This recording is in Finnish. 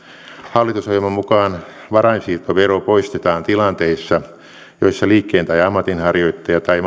hallitusohjelman mukaan varainsiirtovero poistetaan tilanteissa joissa liikkeen tai ammatinharjoittaja tai